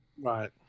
right